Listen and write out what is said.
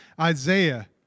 Isaiah